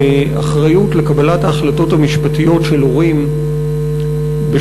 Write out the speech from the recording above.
באחריות לקבלת ההחלטות המשפטיות של הורים בשל